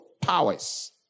powers